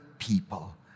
people